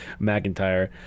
McIntyre